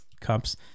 cups